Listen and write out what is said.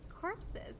corpses